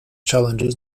challenges